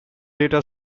data